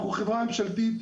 אנחנו חברה ממשלתית.